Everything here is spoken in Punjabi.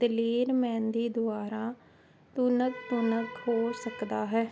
ਦਲੇਰ ਮਹਿੰਦੀ ਦੁਆਰਾ ਤੁਨਕ ਤੁਨਕ ਹੋ ਸਕਦਾ ਹੈ